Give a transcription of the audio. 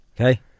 Okay